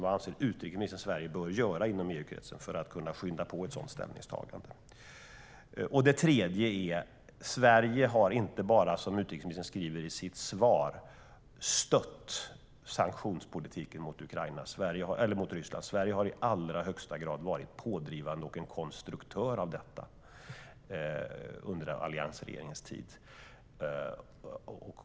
Vad anser utrikesministern att Sverige bör göra inom EU-kretsen för att kunna skynda på ett sådant ställningstagande? Det tredje är att Sverige inte bara har, som utrikesministern skriver i sitt svar, stött sanktionspolitiken mot Ryssland. Sverige har i allra högsta grad varit pådrivande och en konstruktör av detta under alliansregeringens tid.